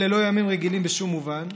אלה לא ימים רגילים בשום מובן,